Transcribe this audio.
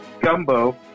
gumbo